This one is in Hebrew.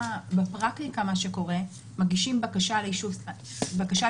בפרקטיקה מה שקורה הוא שמגישים בקשה ליישוב סכסוך,